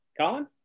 Colin